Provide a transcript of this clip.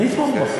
אני פה.